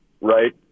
right